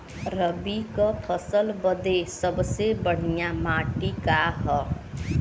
रबी क फसल बदे सबसे बढ़िया माटी का ह?